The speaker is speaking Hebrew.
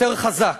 יותר חזק.